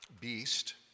beast